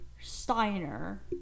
Steiner